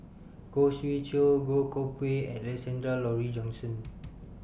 Khoo Swee Chiow Goh Koh Pui and Alexander Laurie Johnston